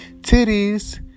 Titties